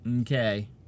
okay